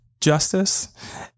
justice